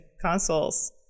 consoles